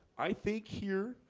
i think here.